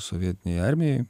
sovietinėj armijoj